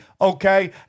okay